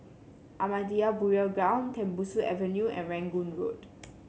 Ahmadiyya Burial Ground Tembusu Avenue and Rangoon Road